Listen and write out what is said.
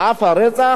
ואף הרצח,